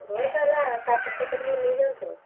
ହେଉ ତାହେଲେ ସାତଶହ କରିକି ନେଇଯାଆନ୍ତୁ